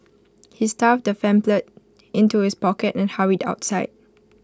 he stuffed the pamphlet into his pocket and hurried outside